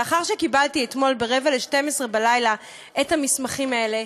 לאחר שקיבלתי אתמול ב-23:45 את המסמכים האלה,